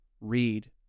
read